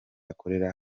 akoramo